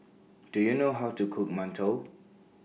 Do YOU know How to Cook mantou